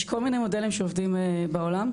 יש כל מיני מודלים שעובדים בעולם.